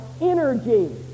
energy